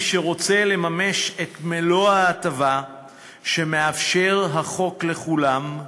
מי שרוצה לממש את מלוא ההטבה שמאפשר החוק לכולם,